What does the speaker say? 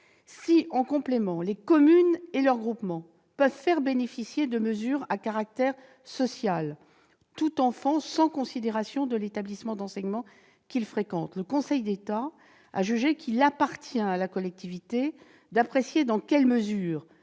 Si, en complément, les communes et leurs groupements peuvent faire bénéficier de mesures à caractère social tout enfant sans considération de l'établissement d'enseignement qu'il fréquente, le Conseil d'État a jugé qu'il appartient à la collectivité d'apprécier dans quelle mesure